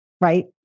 right